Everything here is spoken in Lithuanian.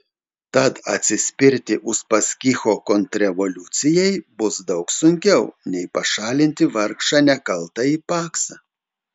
tad atsispirti uspaskicho kontrrevoliucijai bus daug sunkiau nei pašalinti vargšą nekaltąjį paksą